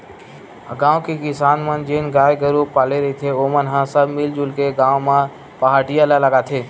गाँव के किसान मन जेन मन गाय गरु पाले रहिथे ओमन ह सब मिलजुल के गाँव म पहाटिया ल लगाथे